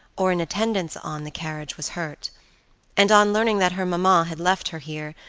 or in attendance on, the carriage was hurt and on learning that her mamma had left her here,